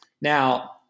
Now